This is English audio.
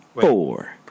four